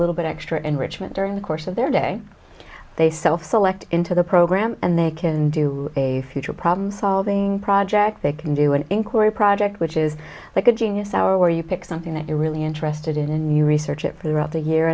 little bit extra enrichment during the course of their day they self select into the program and they can do a future problem solving project they can do an inquiry project which is like a genius hour where you pick something that you're really interested in and you research it throughout the year